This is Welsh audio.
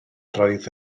roedd